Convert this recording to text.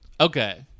Okay